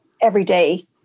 everyday